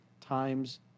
times